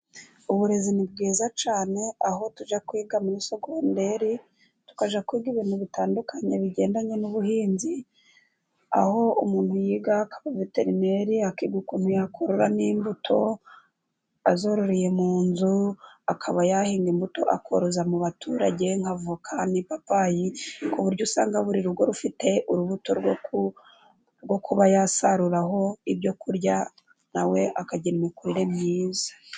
Uburezi ni bwiza cyane aho tujya kwiga mu sogonderi, tukaja kwiga ibintu bitandukanye, bigendanye n'ubuhinzi, aho umuntu yiga ubuveterineri, akiga ukuntu yakorora n'imbuto, azororeye mu nzu, akaba yahinga imbuto akoroza mu baturage nka voka n'ipapayi ku buryo usanga buri rugo rufite urubuto rwo kuba yasaruraho ibyo ku kurya, nawe akagira imikurire myiza.